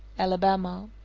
alabama.